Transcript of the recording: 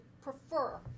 prefer